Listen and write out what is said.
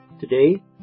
Today